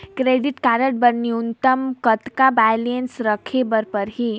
Credit card बर न्यूनतम कतका बैलेंस राखे बर पड़ही?